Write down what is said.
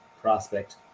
prospect